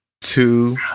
two